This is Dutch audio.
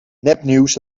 nepnieuws